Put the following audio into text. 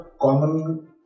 common